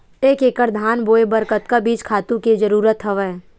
एक एकड़ धान बोय बर कतका बीज खातु के जरूरत हवय?